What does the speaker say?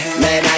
man